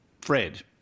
Fred